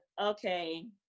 okay